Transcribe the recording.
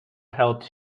held